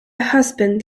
husband